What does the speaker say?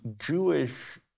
Jewish